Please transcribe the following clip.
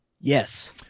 Yes